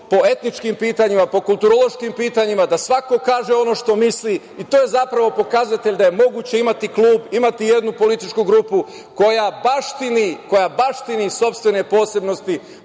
po etničkim pitanjima, po kulturološkim pitanjima, da svako kaže ono što misli. To je zapravo pokazatelj da je moguće imati klub, imati jednu političku grupu koja baštini sopstvene posebnosti